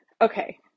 okay